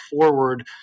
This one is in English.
forward